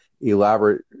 elaborate